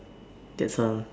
that's all